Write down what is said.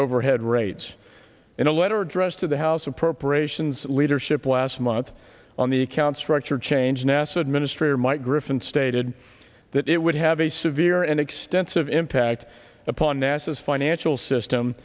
overhead rates in a letter addressed to the house appropriations leadership last month on the account structure change nasa administrator mike griffin stated that it would have a severe and extensive impact upon nasa's financial system